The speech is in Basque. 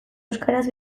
euskaraz